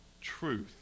truth